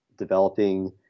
Developing